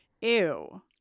ew